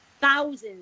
Thousands